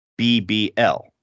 BBL